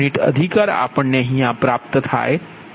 u અધિકાર મળે છે